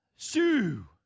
Sue